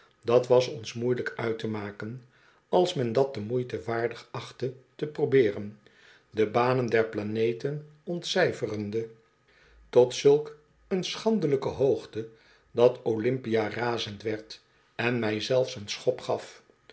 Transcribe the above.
dat was ons moeielyk uit te maken als men dat de moeite waardig achtte te probeeren de banen der planeten ontcijferende tot zulk een schandelijke hoogte dat olympia razend werd en mij zelfs een schop gaf